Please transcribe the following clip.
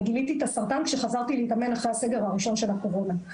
אני גיליתי את הסרטן אחרי שחזרתי להתאמן לאחר הסגר הראשון של הקורונה,